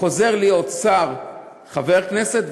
חוזר להיות שר חבר כנסת,